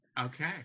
Okay